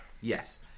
Yes